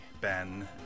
ben